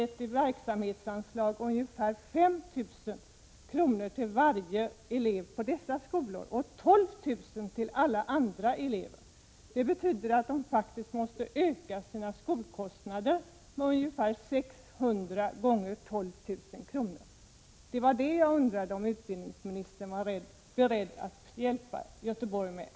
1986/87:124 slag bara har gett ungefär 5 000 kr. per elev i dessa skolor och 12 000 kr. till 15 maj 1987 alla andra elever. Detta betyder att man faktiskt måste öka sina skolkostnader med ungefär 600 gånger 12 000 kr. Det var det som jag undrade om utbildningsministern var beredd att hjälpa Göteborg med.